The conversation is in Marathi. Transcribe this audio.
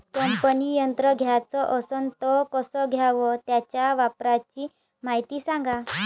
कापनी यंत्र घ्याचं असन त कस घ्याव? त्याच्या वापराची मायती सांगा